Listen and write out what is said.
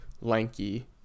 lanky